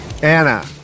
Anna